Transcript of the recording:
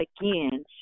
again